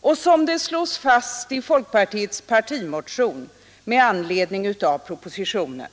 Och som det slås fast i folkpartiets partimotion med anledning av propositionen: